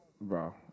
Bro